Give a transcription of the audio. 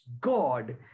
God